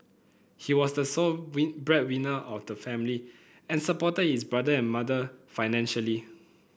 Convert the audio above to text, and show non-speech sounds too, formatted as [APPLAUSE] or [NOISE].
he was the sole [UNINTELLIGIBLE] breadwinner of the family and supported his brother and mother financially